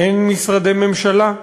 אין משרדי ממשלה.